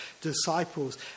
disciples